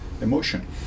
Emotion